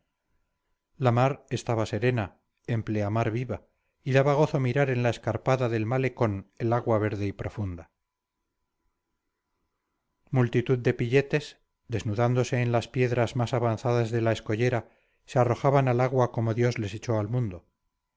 la mar estaba serena en pleamar viva y daba gozo mirar en la escarpa del malecón el agua verde y profunda multitud de pilletes desnudándose en las piedras más avanzadas de la escollera se arrojaban al agua como dios les echó al mundo